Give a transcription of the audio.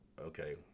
Okay